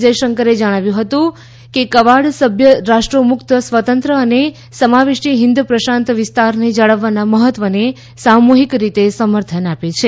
જયશંકરે જણાવ્યું છે કે કવાડ સભ્ય રાષ્ટ્રો મુકત સ્વતંત્ર અને સમાવેશી હિંદ પ્રશાંત વિસ્તારને જાળવવાના મહત્વને સામુહીક સમર્થન આપે છે